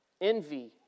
envy